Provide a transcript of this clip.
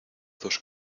dos